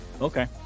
Okay